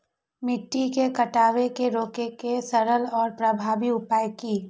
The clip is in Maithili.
मिट्टी के कटाव के रोके के सरल आर प्रभावी उपाय की?